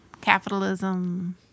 capitalism